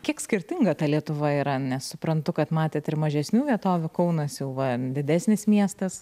kiek skirtinga ta lietuva yra nes suprantu kad matėt ir mažesnių vietovių kaunas jau didesnis miestas